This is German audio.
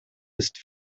ist